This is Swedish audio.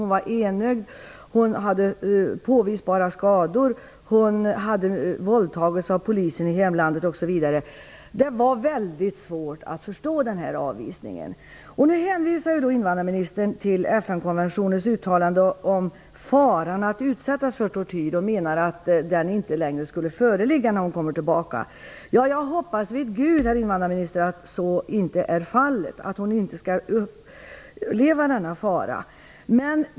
Hon var enögd, hon hade påvisbara skador, hon hade våldtagits av polisen i hemlandet osv. Nu hänvisar invandrarministern till FN konventionens uttalande om faran att utsättas för tortyr och menar att den inte längre skulle föreligga när hon kommer tillbaka. Jag hoppas vid Gud, herr invandrarminister, att så är fallet, att hon inte skall behöva uppleva denna fara.